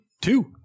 Two